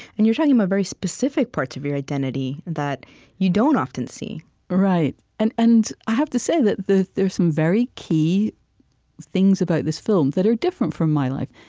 and you're talking about very specific parts of your identity that you don't often see right, and and i have to say that there are some very key things about this film that are different from my life.